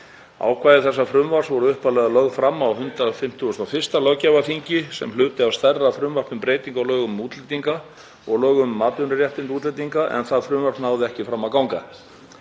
Ákvæði þessa frumvarps voru upphaflega lögð fram á 151. löggjafarþingi sem hluti af stærra frumvarpi um breytingu á lögum um útlendinga og lögum um atvinnuréttindi útlendinga, en það frumvarp náði ekki fram að ganga.